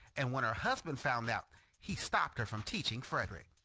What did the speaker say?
and when her husband found out he stopped her from teaching frederick.